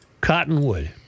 Cottonwood